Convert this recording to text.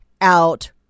out